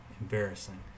embarrassing